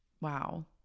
wow